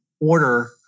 order